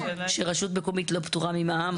רשות מקומית לא פטורה ממע"מ,